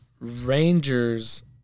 Rangers